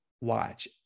watch